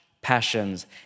passions